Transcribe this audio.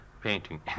painting